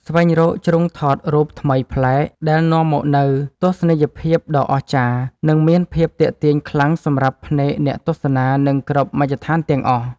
ស្វែងរកជ្រុងថតរូបថ្មីប្លែកដែលនាំមកនូវទស្សនីយភាពដ៏អស្ចារ្យ និងមានភាពទាក់ទាញខ្លាំងសម្រាប់ភ្នែកអ្នកទស្សនា និងគ្រប់មជ្ឈដ្ឋានទាំងអស់។